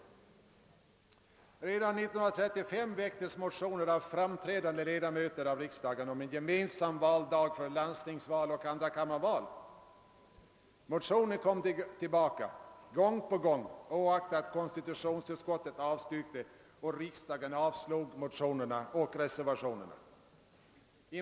Redan 1935 väcktes motioner av framträdande ledamöter av riksdagen om gemensam valdag för landstingsval och andrakammarval. Motionerna kom tillbaka gång på gång, oaktat att konstitutionsutskottet avstyrkte och riksdagen avslog både dem och reservationerna.